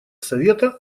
совета